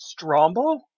Strombo